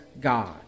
God